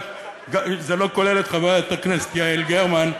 זה לא כולל את חברת הכנסת יעל גרמן,